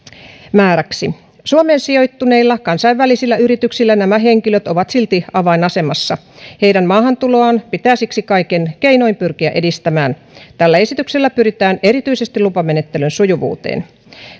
määräksi suomeen sijoittuneilla kansainvälisillä yrityksillä nämä henkilöt ovat silti avainasemassa heidän maahantuloaan pitää siksi kaikin keinoin pyrkiä edistämään tällä esityksellä pyritään erityisesti lupamenettelyn sujuvuuteen